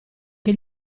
che